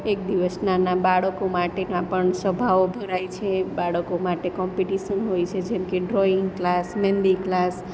એક દિવસ નાનાં બાળકો માટેનાં પણ સભાઓ ભરાય છે બાળકો માટે કોંપિટીશન હોય છે જેમકે ડ્રોઈંગ ક્લાસ મહેંદી ક્લાસ